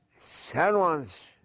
servants